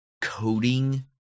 coding